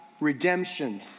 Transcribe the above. redemption